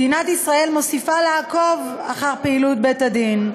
מדינת ישראל מוסיפה לעקוב אחר פעילות בית-הדין,